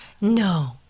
No